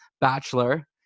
bachelor